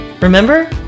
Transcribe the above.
Remember